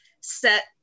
set